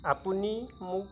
আপুনি মোক